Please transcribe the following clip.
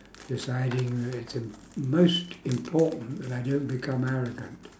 deciding that it's im~ most important that I don't become arrogant